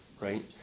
right